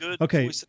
Okay